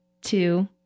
two